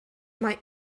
mae